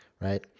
right